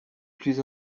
plus